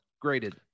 graded